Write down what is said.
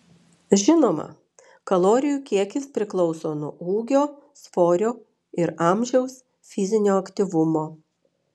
žinoma kalorijų kiekis priklauso nuo ūgio svorio ir amžiaus fizinio aktyvumo